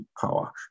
power